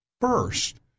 first